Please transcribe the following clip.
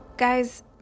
Guys